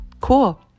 cool